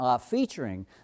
featuring